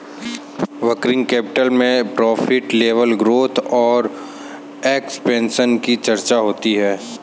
working capital में profit level growth और expansion की चर्चा होती है